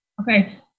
Okay